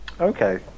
Okay